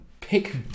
pick